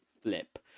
flip